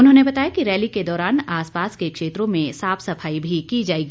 उन्होंने बताया कि रैली के दौरान आस पास के क्षेत्रों में साफ सफाई भी की जाएगी